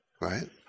Right